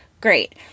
Great